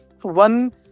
One